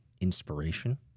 inspiration